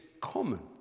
common